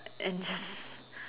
and just